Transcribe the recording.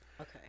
Okay